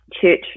church